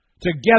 together